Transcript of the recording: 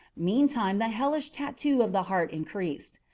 meantime the hellish tattoo of the heart increased.